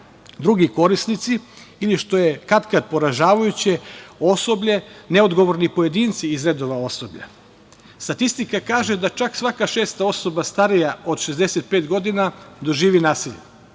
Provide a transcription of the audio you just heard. drugi korisnici ili što je kad kad poražavajuće osoblje, neodgovorni pojedinci iz redova osoblja. Statistika kaže da čak svaka šesta osoba starija od 65 godina doživi nasilje,